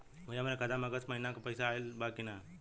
भईया हमरे खाता में अगस्त महीना क पैसा आईल बा की ना?